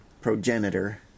progenitor